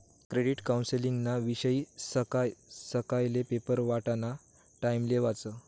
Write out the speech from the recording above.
credit कौन्सलिंगना विषयी सकाय सकायले पेपर वाटाना टाइमले वाचं